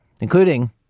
including